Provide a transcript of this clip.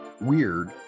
weird